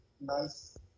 nice